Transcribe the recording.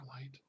light